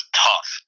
tough